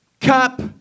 cup